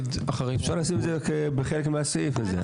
אפשר לשים את זה כחלק מהסעיף הזה.